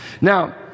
Now